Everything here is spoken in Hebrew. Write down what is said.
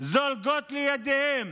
זולגות לידיהם